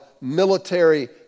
military